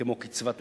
כמו קצבת נכות,